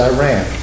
Iran